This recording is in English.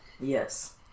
yes